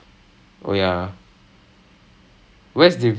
that didn't go that well or something or she didn't